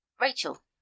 Rachel